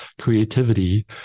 creativity